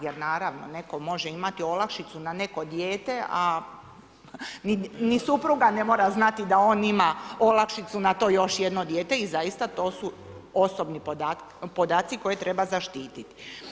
Jer naravno, netko može imati olakšicu na neko dijete, a ni supruga ne mora znati da on ima olakšicu na to još jedno dijete i zaista to su osobni podaci koje treba zaštititi.